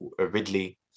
Ridley